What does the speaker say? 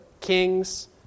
Kings